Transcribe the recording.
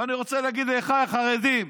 ואני רוצה להגיד לאחיי החרדים: